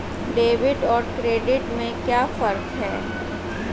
Debit और credit में क्या फर्क है?